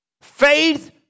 Faith